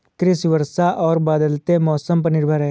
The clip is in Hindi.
कृषि वर्षा और बदलते मौसम पर निर्भर है